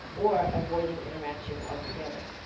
or avoiding interaction altogether.